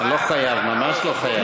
אני לא חייב, ממש לא חייב.